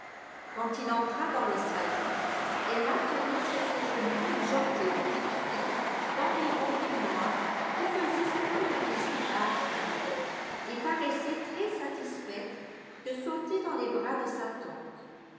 quand il entra dans le salon emma tenait sur ses genoux une gentille petite fille d'environ huit mois qui faisait sa première visite à hartfield et paraissait très satisfaite de sauter dans les bras de sa tante